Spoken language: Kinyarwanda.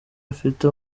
afite